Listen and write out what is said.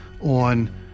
on